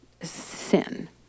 sin